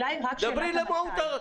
דברי למהות העניין.